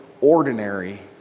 ordinary